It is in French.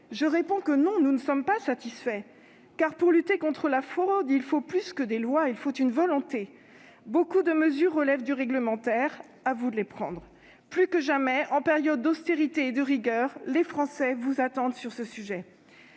je réponds que nous ne sommes pas satisfaits ! Pour lutter contre la fraude, il faut plus que des lois, il faut une volonté ! Beaucoup de mesures relèvent du réglementaire, à vous de les prendre ! Plus que jamais, en période d'austérité et de rigueur, les Français vous attendent sur ce sujet.